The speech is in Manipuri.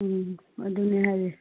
ꯎꯝ ꯑꯗꯨꯅꯦ ꯍꯥꯏꯁꯦ